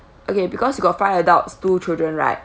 okay because you got five adults two children right